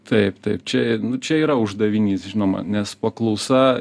taip taip čia nu čia yra uždavinys žinoma nes paklausa